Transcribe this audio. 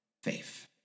Faith